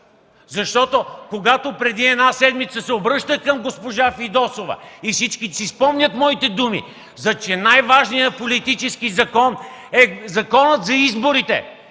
не е игра. Преди една седмица се обръщах към госпожа Фидосова и всички си спомнят моите думи, че най-важният политически закон е не Законът за изборите